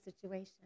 situation